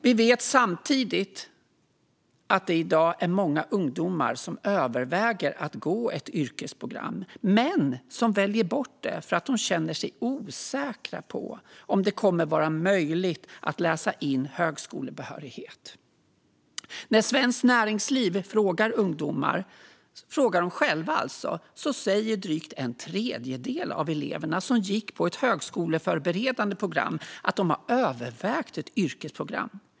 Vi vet samtidigt att det i dag är många ungdomar som överväger att gå ett yrkesprogram men som väljer bort det för att de känner sig osäkra på om det kommer att vara möjligt att läsa in högskolebehörighet. När Svenskt Näringsliv frågade ungdomar själva sa drygt en tredjedel av eleverna som gick på ett högskoleförberedande program att de hade övervägt ett yrkesprogram.